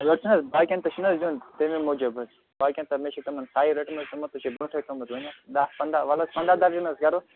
یورٕ چھُنہٕ حظ باقِین تہِ چھُنہٕ حظ دیُن تَمی موٗجوٗب حظ باقین تہِ مےٚ چھُ تِمن سَے رٔٹمٕژ تِمو تہِ چھُ برٛونٛٹھٕے تھوٚومُت ؤنِتھ دَہ پنٛداہ وَلہٕ حظ پنٛداہ درجن حظ کَرو